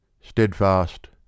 steadfast